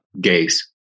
gays